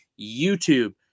YouTube